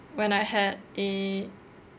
when I had a